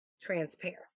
transparent